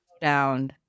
down